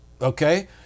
Okay